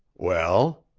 well?